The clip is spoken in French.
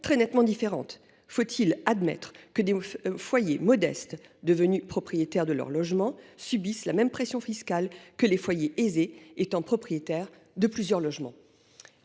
nettement différentes. Faut il admettre que des foyers modestes devenus propriétaires de leur logement subissent la même pression fiscale que les foyers aisés et propriétaires de plusieurs logements ?